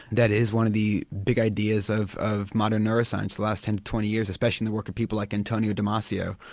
that is one of the big ideas of of modern neuroscience in the last ten or twenty years, especially in the work of people like antonio de marcio,